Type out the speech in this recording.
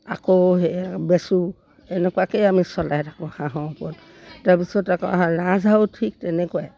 আকৌ সেইয়া বেচোঁ এনেকুৱাকেই আমি চলাই থাকোঁ হাঁহৰ ওপৰত তাৰপিছত আকৌ হেৰি ৰাজহাহোঁ ঠিক তেনেকুৱাই